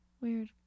weird